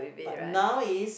now is